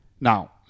Now